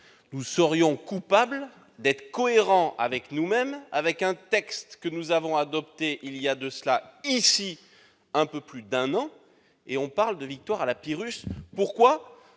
nous serions coupables d'être cohérents avec nous-mêmes, avec un texte que nous avons adopté ici même voilà un peu plus d'un an ? Ce serait une victoire à la Pyrrhus, car